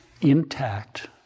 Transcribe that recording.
intact